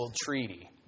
Treaty